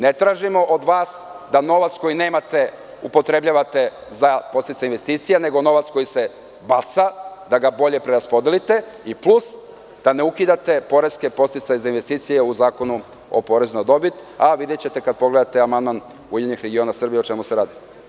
Ne tražimo od vas da novac koji nemate upotrebljavate za podsticaj investicija, nego novac koji se baca da ga bolje preraspodelite i plus da ne ukidate poreske podsticaje za investicije u Zakonu o porezu na dobit, a videćete kada pogledate amandman URS o čemu se radi.